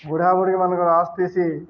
ବୁଢ଼ା ବୁଢ଼ୀ ମମାନଙ୍କର ଆସ ପିସିି